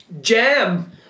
jam